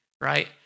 right